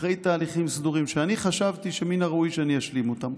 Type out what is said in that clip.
אחרי תהליכים סדורים שאני חשבתי שמן הראוי שאני אשלים אותם,